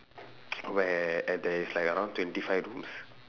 where there is around twenty five rooms